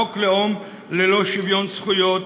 חוק לאום ללא שוויון זכויות,